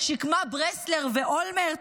שקמה ברסלר ואולמרט,